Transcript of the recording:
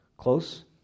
Close